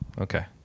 okay